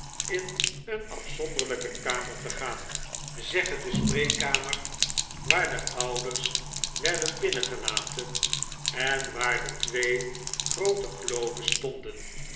in een afzonderlijke kamer te gaan zegge de spreekkamer waarde ouders werden binnengelaten en waar de twee groote globes stonden